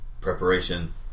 preparation